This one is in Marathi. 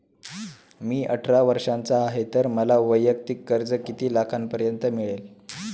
मी अठरा वर्षांचा आहे तर मला वैयक्तिक कर्ज किती लाखांपर्यंत मिळेल?